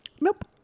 Nope